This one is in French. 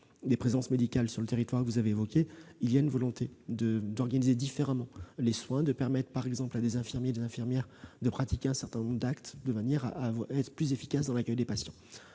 des présences médicales sur le territoire que vous avez évoquées, s'exprime la volonté d'organiser différemment les soins, par exemple en permettant à des infirmiers de pratiquer un certain nombre d'actes de manière à rendre plus efficace l'accueil des patients.